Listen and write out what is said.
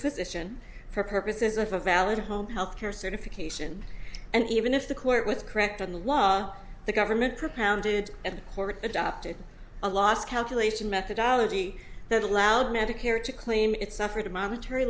physician for purposes of a valid home health care certification and even if the court with correct on the law the government propounded and the court adopted a loss calculation methodology that allowed medicare to claim it suffered a monetary